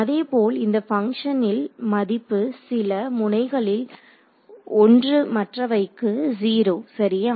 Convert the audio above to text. அதேபோல் இந்த பங்ஷனில் மதிப்பு சில முனைகளில் 1 மற்றவைக்கு 0 சரியா